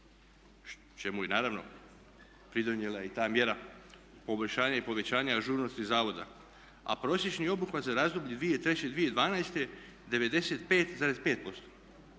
čemu je naravno pridonijela i ta mjera poboljšanja i povećanja ažurnosti zavoda, a prosječni obuhvat za razdoblje 2003. do 2012. 95,5%.